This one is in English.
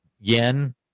Yen